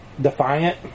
defiant